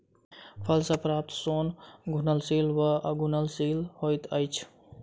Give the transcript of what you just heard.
फल सॅ प्राप्त सोन घुलनशील वा अघुलनशील होइत अछि